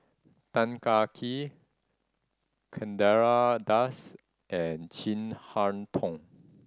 Tan Kah Kee Chandra Das and Chin Harn Tong